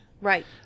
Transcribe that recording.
Right